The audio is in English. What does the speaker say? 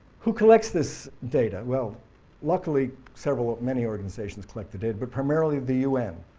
who collects this data? well luckily several many organizations collect the data but primarily the un.